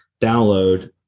download